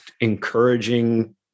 encouraging